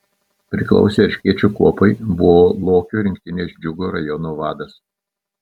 priklausė erškėčio kuopai buvo lokio rinktinės džiugo rajono vadas